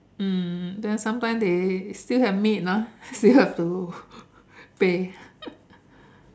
um then sometimes they still have maid ah they have to pay